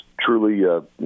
truly